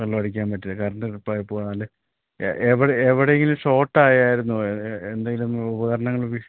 വെള്ളമടിക്കാൻ പറ്റില്ല കറണ്ട് ഡ്രിപ്പായി പോവുകയാണല്ലേ എവിടെയെങ്കിലും ഷോട്ടായായിരുന്നോ എന്തെങ്കിലും ഉപകരണങ്ങള്